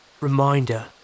reminder